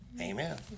amen